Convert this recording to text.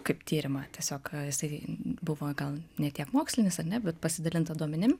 kaip tyrimą tiesiog jisai buvo gal ne tiek mokslinis ar ne bet pasidalinta duomenim